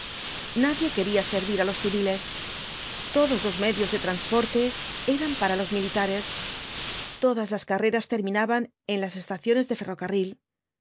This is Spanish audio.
nadie quería servir á los civiles todos los medios de transporte eran para los militares todas las carreras terminaban en las estaciones de ferrocarril